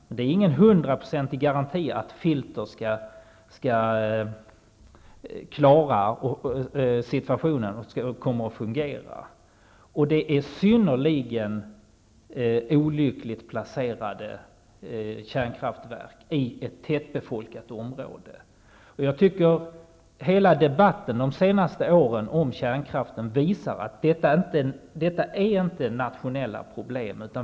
Men det finns ingen hundraprocentig garanti för att dessa filter fungerar och klarar situationen. Dessa kärnkraftverk är synnerligen olyckligt placerade i ett tätbefolkat område. Jag tycker hela debatten om kärnkraften de senaste åren visar att detta inte är nationella problem.